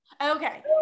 Okay